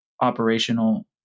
operational